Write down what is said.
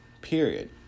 Period